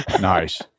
Nice